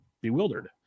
bewildered